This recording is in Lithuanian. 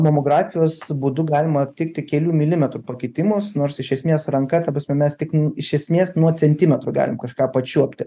mamografijos būdu galima aptikti kelių milimetrų pakitimus nors iš esmės ranka ta prasme mes tik n iš esmės nuo centimetro galim kažką pačiuopti